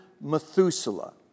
Methuselah